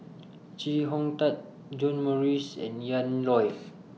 Chee Hong Tat John Morrice and Ian Loy